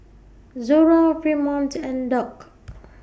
Zora Fremont and Doc